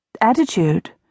Attitude